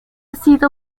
sido